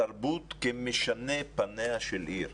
תרבות כמשנה פניה של עיר.